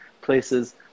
places